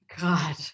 god